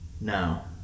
Now